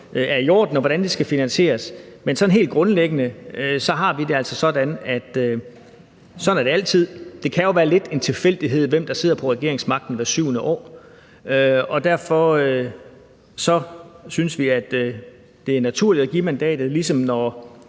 er i orden, og hvordan det skal finansieres. Men sådan helt grundlæggende har vi det altså sådan, at sådan er det altid. Det kan jo være lidt en tilfældighed, hvem der sidder på regeringsmagten hvert 7. år, og derfor synes vi, det er naturligt at give mandatet, ligesom det